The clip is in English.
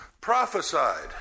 prophesied